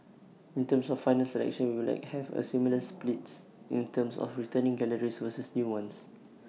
in terms of final selection we will like have A similar splits in terms of returning galleries versus new ones